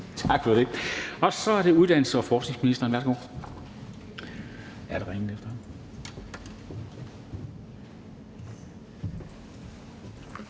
Tak for det. Så er det uddannelses- og forskningsministeren. Værsgo.